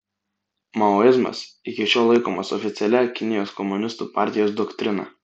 maoizmas iki šiol laikomas oficialia kinijos komunistų partijos doktrina